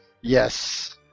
yes